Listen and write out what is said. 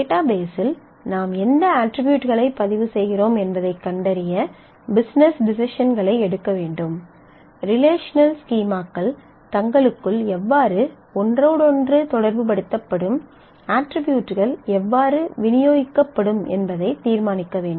டேட்டாபேஸில் நாம் எந்த அட்ரிபியூட்களை பதிவு செய்கிறோம் என்பதைக் கண்டறிய பிசினஸ் டெஸிஸன்களை எடுக்க வேண்டும் ரிலேஷனல் ஸ்கீமாக்கள் தங்களுக்குள் எவ்வாறு ஒன்றோடொன்று தொடர்புபடுத்தப்படும் அட்ரிபியூட்கள் எவ்வாறு விநியோகிக்கப்படும் என்பதைத் தீர்மானிக்க வேண்டும்